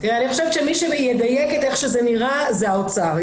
אני חושבת שמי שידייק את איך שזה נראה, זה האוצר.